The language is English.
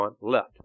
left